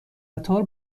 قطار